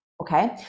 Okay